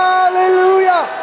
Hallelujah